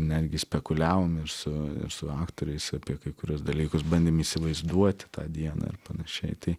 netgi spekuliavom ir su ir su aktoriais apie kai kuriuos dalykus bandėm įsivaizduoti tą dieną ir panašiai tai